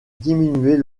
diminuer